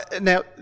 Now